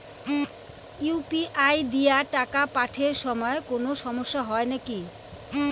UPI দিয়া টাকা পাঠের সময় কোনো সমস্যা হয় নাকি?